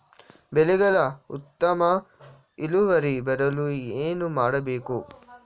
ಬೆಳೆಗಳ ಉತ್ತಮ ಇಳುವರಿ ಬರಲು ಏನು ಮಾಡಬೇಕು?